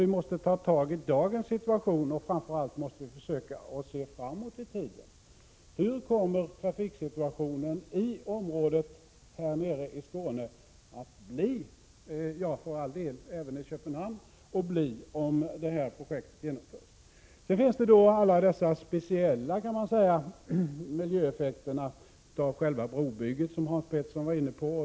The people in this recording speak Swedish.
Vi måste ta tag i dagens situation, och vi måste framför allt försöka att se framåt i tiden. Hur kommer trafiksituationen i området där nere i Skåne, och för all del även i Köpenhamn, att bli om detta projekt genomförs? Vi har också alla de speciella miljöeffekterna av själva brobygget som Hans Pettersson var inne på.